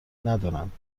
ندارند